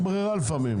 אין ברירה לפעמים.